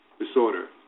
Disorder